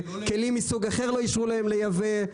כלים מסוג אחר לא אישרו להם לייבא,